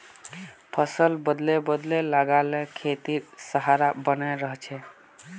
फसल बदले बदले लगा ल खेतेर सहार बने रहछेक